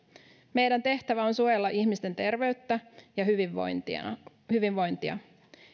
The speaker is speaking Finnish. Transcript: meidän tehtävämme on suojella ihmisten terveyttä ja hyvinvointia hyvinvointia